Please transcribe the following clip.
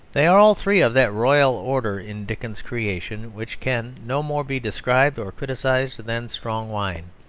they are all three of that royal order in dickens's creation which can no more be described or criticised than strong wine.